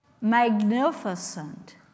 magnificent